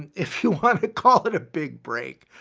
if you want to call it a big break,